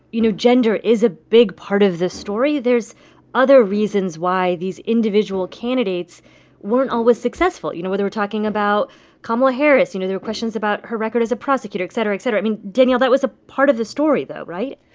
you know, gender is a big part of this story there's other reasons why these individual candidates weren't always successful. you know, whether we're talking about kamala harris you know, there were questions about her record as a prosecutor et cetera, et cetera. i mean, danielle, that was a part of this story, though, right?